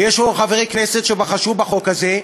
ויש פה חברי כנסת שבחשו בחוק הזה,